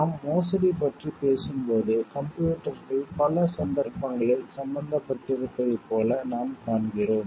நாம் மோசடி பற்றி பேசும்போது கம்ப்யூட்டர்கள் பல சந்தர்ப்பங்களில் சம்பந்தப்பட்டிருப்பதைப் போல நாம் காண்கிறோம்